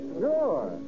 sure